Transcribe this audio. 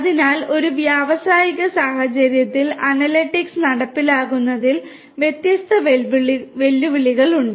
അതിനാൽ ഒരു വ്യാവസായിക സാഹചര്യത്തിൽ അനലിറ്റിക്സ് നടപ്പിലാക്കുന്നതിൽ വ്യത്യസ്ത വെല്ലുവിളികൾ ഉണ്ട്